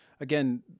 again